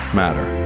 matter